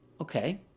okay